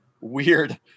weird